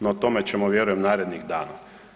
No o tome ćemo vjerujem narednih dana.